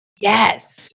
Yes